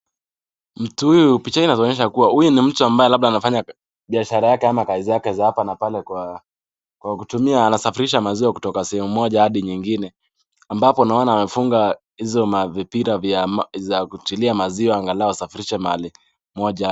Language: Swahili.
Mtu huyu, picha hii inatuonyesha kuwa huyu ni mtu ambaye labda anafanya biashara yake ama kazi yake za hapa na pale kwa, kwa kutumia anasafirisha maziwa kutoka sehemu moja hadi nyingine. Ambapo naona amefunga hizo, mavipira vya vya kutilia maziwa angalau asafirishe mahali moja.